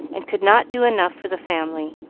and could not do enough for the family.